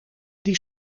die